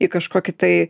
į kažkokį tai